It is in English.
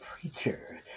preacher